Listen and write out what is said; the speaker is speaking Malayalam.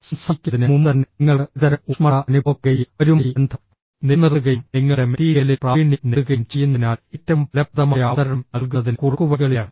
സംസാരിക്കുന്നതിന് മുമ്പുതന്നെ നിങ്ങൾക്ക് ഒരുതരം ഊഷ്മളത അനുഭവപ്പെടുകയും അവരുമായി ബന്ധം നിലനിർത്തുകയും നിങ്ങളുടെ മെറ്റീരിയലിൽ പ്രാവീണ്യം നേടുകയും ചെയ്യുന്നതിനാൽ ഏറ്റവും ഫലപ്രദമായ അവതരണം നൽകുന്നതിന് കുറുക്കുവഴികളില്ല